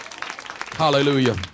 Hallelujah